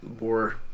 more